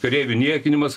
kareivių niekinimas